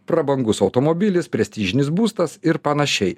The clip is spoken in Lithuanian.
prabangus automobilis prestižinis būstas ir panašiai